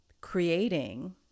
creating